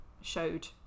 showed